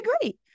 great